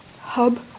hub